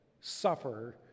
suffer